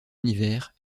univers